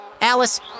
Alice